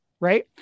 Right